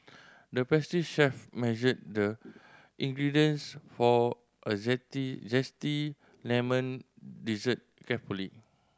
the pastry chef measured the ingredients for a zesty lemon dessert carefully